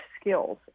skills